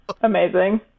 Amazing